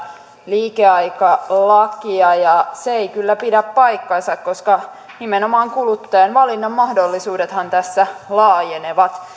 liikeaikalakia ja se ei kyllä pidä paikkaansa koska nimenomaan kuluttajan valinnanmahdollisuudethan tässä laajenevat